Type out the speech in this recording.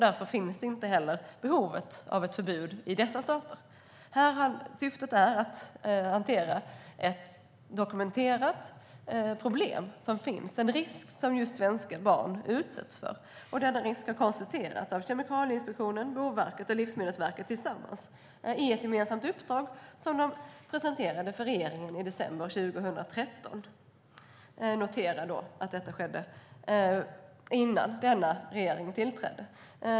Därför finns det inte heller något behov av ett förbud i dessa stater. Vårt syfte är att hantera ett dokumenterat problem, en risk som just svenska barn utsätts för. Denna risk har konstaterats av Kemikalieinspektionen, Boverket och Livsmedelsverket i ett gemensamt uppdrag. De pre-senterade resultatet av detta för regeringen i december 2013. Notera att det skedde innan denna regering tillträdde.